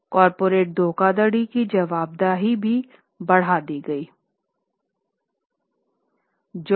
corporate धोखाधड़ी की जवाबदेही भी बढ़ाई गई थी